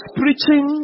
preaching